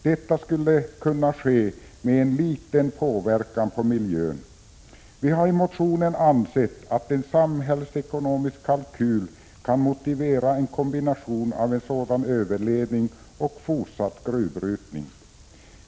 Detta skulle ske med en liten påverkan på miljön. Vi har i motionen ansett att en samhällsekonomisk kalkyl kan motivera en kombination av överledning och fortsatt gruvbrytning.